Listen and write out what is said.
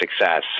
success